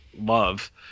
love